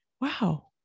wow